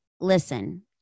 listen